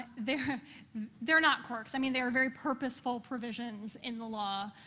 they're they're not quirks. i mean, they're very purposeful provisions in the law,